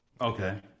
okay